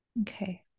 Okay